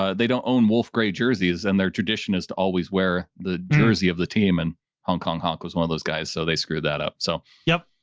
ah they don't own wolf grade jerseys and their tradition is to always wear the jersey of the team. and hong kong honk was one of those guys. so they screwed that up. adam so yup.